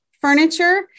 furniture